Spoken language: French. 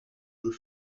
deux